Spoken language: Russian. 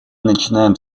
начинаем